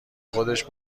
خودش